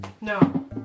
No